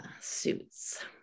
Suits